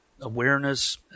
Awareness